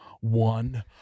one